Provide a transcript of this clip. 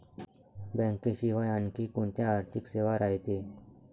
बँकेशिवाय आनखी कोंत्या आर्थिक सेवा रायते?